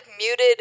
muted